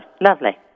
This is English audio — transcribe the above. lovely